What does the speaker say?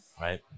Right